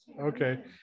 Okay